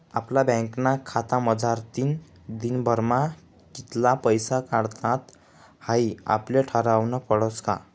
आपला बँकना खातामझारतीन दिनभरमा कित्ला पैसा काढानात हाई आपले ठरावनं पडस का